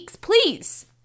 please